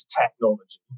technology